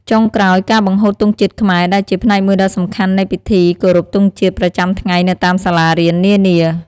ចុងក្រោយ ការបង្ហូតទង់ជាតិខ្មែរ ដែលជាផ្នែកមួយដ៏សំខាន់នៃពិធីគោរពទង់ជាតិប្រចាំថ្ងៃនៅតាមសាលារៀននានា។